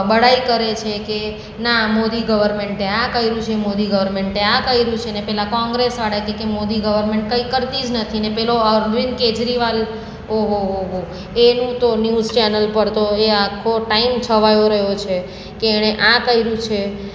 બડાઈ કરે છે કે ના મોદી ગવરમેન્ટે આ કર્યું છે મોદી ગવરમેન્ટે આ કર્યું છે ને પેલા કોંગ્રેસવાળા કે કે મોદી ગવર્મેન્ટ કંઈ કરતી જ નથી ને પેલો અરવિંદ કેજરીવાલ ઓહો હો હો હો એનું તો ન્યૂઝ ચેનલ પર તો એ આખો ટાઈમ છવાયો રહ્યો છે કે એણે આ કર્યું છે